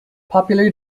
popular